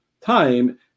time